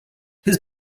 his